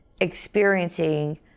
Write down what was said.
experiencing